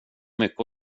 mycket